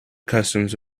customs